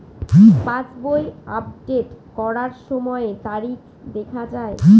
পাসবই update করার সময়ে তারিখ দেখা য়ায়?